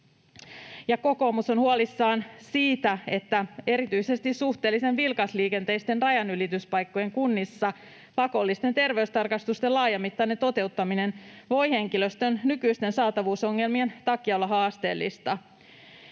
kokoomus on huolissaan siitä, että erityisesti suhteellisen vilkasliikenteisten rajanylityspaikkojen kunnissa pakollisten terveystarkastusten laajamittainen toteuttaminen voi henkilöstön nykyisten saatavuusongelmien takia olla haasteellista.